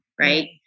Right